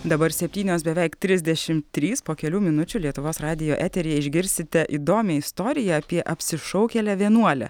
dabar septynios beveik trisdešimt trys po kelių minučių lietuvos radijo eteryje išgirsite įdomią istoriją apie apsišaukėlę vienuolę